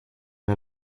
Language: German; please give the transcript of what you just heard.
der